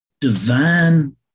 divine